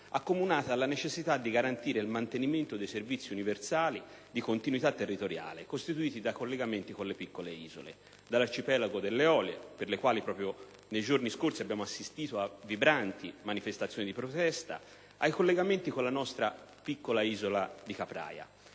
accomunata dalla necessità di garantire il mantenimento dei servizi universali di continuità territoriale, costituiti da collegamenti con le piccole isole: dall'arcipelago delle Eolie, dove proprio nei giorni scorsi abbiamo assistito a vibranti manifestazioni di protesta, ai collegamenti con la nostra piccola isola di Capraia.